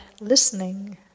listening